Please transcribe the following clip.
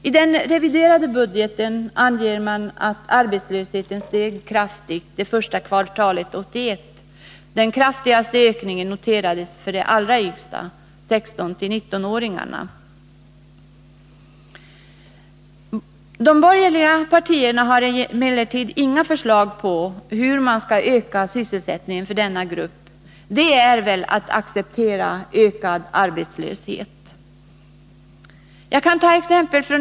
I den reviderade budgeten anger man att arbetslösheten steg kraftigt det första kvartalet 1981. Den kraftigaste ökningen noterades för de allra yngsta, gruppen 16-19 år. De borgerliga partierna har inga förslag om hur man skall öka sysselsättningen för denna grupp. Det är väl att acceptera ökad arbetslöshet?